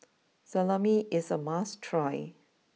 Salami is a must try